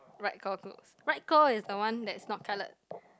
right claw closed right claw is the one that's not coloured